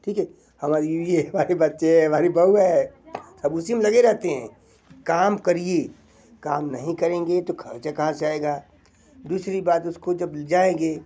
ठीक है हमारी ये हमारे बच्चे हैं हमारी बहुएं हैं सब उसी में लगे रहते हैं काम करिए काम नहीं करेंगे तो ख़र्च कहाँ से आएगा दूसरी बात उसको जब ले जाएंगे